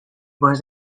was